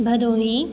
Bhadohi